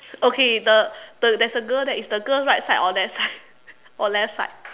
okay the the there is a girl there is the girl right side or left side or left side